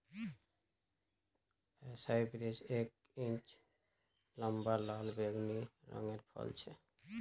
एसाई berries एक inch लंबा लाल बैंगनी रंगेर फल छे